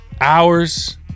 hours